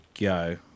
go